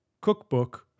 Cookbook